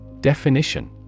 Definition